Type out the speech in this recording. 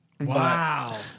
Wow